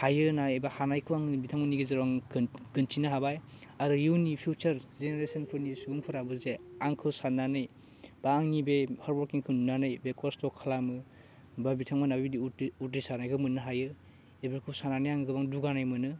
हायो होनना एबा हानायखौ आं बिथांमोननि गेजेराव आं खोन खोनथिनो हाबाय आरो इयुननि फिउचार जेनेरेचनफोरनि सुबुंफोराबो जे आंखौ साननानै बा आंनि बे हार्ड वार्किंखौ नुनानै बे खस्त' खालामो बा बिथांमोना बेबादि उद्रिसारनायखौ मोननो हायो बेफोरखौ साननानै आं गोबां दुगानाय मोनो